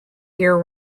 year